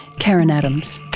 karen adams.